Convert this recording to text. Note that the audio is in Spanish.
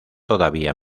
todavía